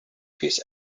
his